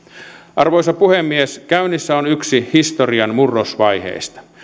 arvoisa puhemies käynnissä on yksi historian murrosvaiheista